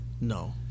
No